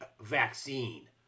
vaccine